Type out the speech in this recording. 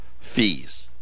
Fees